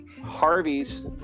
Harvey's